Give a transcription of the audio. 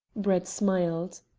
brett smiled.